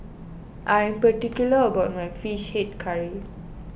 I am particular about my Fish Head Curry